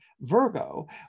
Virgo